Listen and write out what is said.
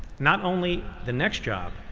not only the next job,